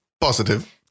positive